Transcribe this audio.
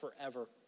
forever